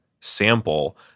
sample